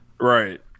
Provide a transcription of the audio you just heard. Right